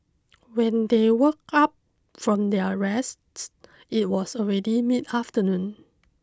when they woke up from their rests it was already mid afternoon